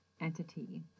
entity